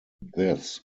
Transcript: this